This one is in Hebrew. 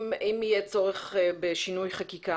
אם יהיה צורך בשינוי חקיקה,